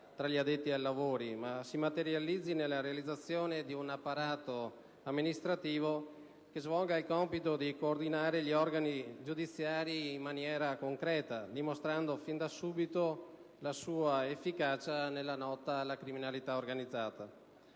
tra gli addetti ai lavori, ma si materializzi nella realizzazione di un apparato amministrativo che svolga il compito di coordinare gli organi giudiziari in maniera concreta, dimostrando fin da subito la sua efficacia nella lotta alla criminalità organizzata.